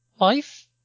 Life